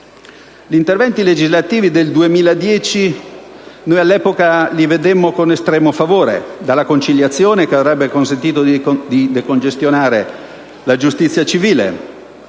Gli interventi legislativi del 2010 all'epoca li vedemmo con estremo favore: dalla conciliazione, che avrebbe consentito di decongestionare la giustizia civile,